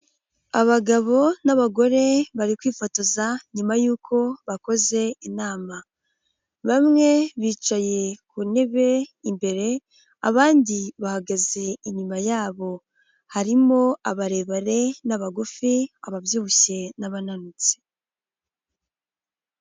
Abagabo n'abagore bari kwifotoza nyuma y'uko bakoze inama, bamwe bicaye ku ntebe imbere abandi bahagaze inyuma yabo, harimo abarebare n'abagufi, ababyibushye n'abananutse.